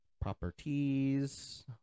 properties